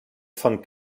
von